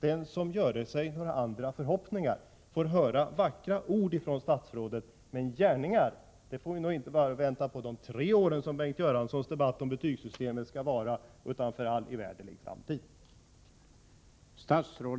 Den som gör sig några andra förhoppningar får höra vackra ord från statsrådet, men gärningar får vi nog inte bara vänta på de tre år som Bengt Göranssons debatt om betygssystemet skall pågå, utan för all evärdelig framtid.